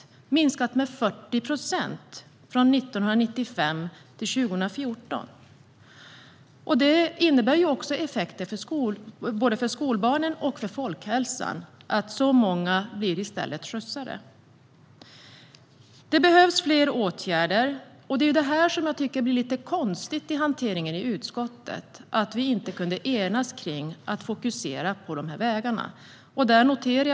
Det har minskat med 40 procent från 1995 till 2014. Att så många skolbarn blir skjutsade ger effekter på bland annat folkhälsan. Det behövs fler åtgärder. Att vi inte kunde enas i utskottet om att fokusera på vägarna är det som jag tycker är lite konstigt i hanteringen.